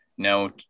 No